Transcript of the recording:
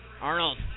Arnold